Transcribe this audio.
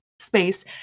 space